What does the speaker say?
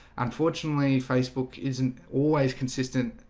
unfortunately, facebook isn't always consistent.